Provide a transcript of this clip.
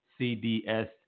CDS